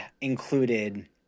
included